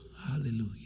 hallelujah